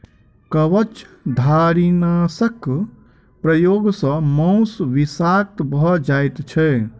कवचधारीनाशक प्रयोग सॅ मौस विषाक्त भ जाइत छै